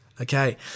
Okay